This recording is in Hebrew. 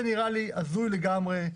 זה נראה לי הזוי לגמרי,